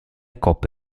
coppe